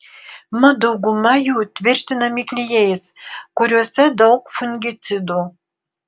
mat dauguma jų tvirtinami klijais kuriuose daug fungicidų